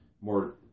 more